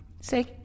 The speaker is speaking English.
say